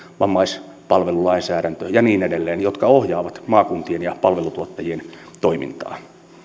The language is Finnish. vammaispalvelulainsäädäntö ja niin edelleen jotka ohjaavat maakuntien ja palvelutuottajien toimintaa